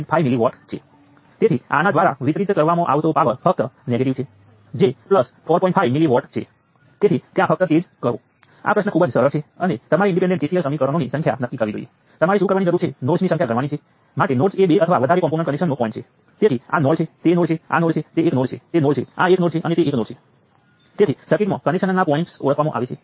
ફરીથી ઉકેલમાં મેટ્રિક્સ ઈન્વર્જેશનનો સમાવેશ થાય છે જે તમે તેને ઉકેલી શકો છો પરંતુ આ નોડલ એનાલિસિસનો વિચાર આર્બિટ્રેટર મોટા સર્કિટ માટે ઈક્વેશન સેટ કરવાની પદ્ધતિસરની રીતનો છે